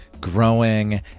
growing